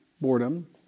Boredom